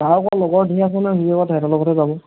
তাৰ আকৌ লগৰ ধেৰ আছে নহয় সিও আকৌ তেহেঁতৰ লগতহে যাব